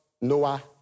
Noah